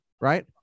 right